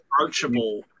approachable